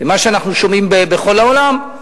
ומה שאנחנו שומעים בכל העולם,